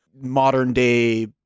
modern-day